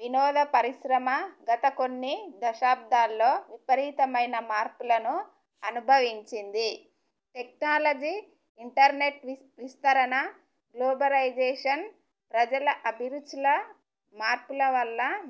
వినోద పరిశ్రమ గత కొన్ని దశాబ్దాల్లో విపరీతమైన మార్పులను అనుభవించింది టెక్నాలజీ ఇంటర్నెట్ వి విస్తరణ గ్లోబలైజేషన్ ప్రజల అభిరుచుల మార్పుల వల్ల